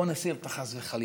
בוא נסיר את ה"חס וחלילה",